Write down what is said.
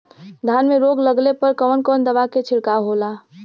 धान में रोग लगले पर कवन कवन दवा के छिड़काव होला?